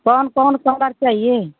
कौन कौन कलर चाहिए